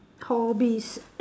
hobbies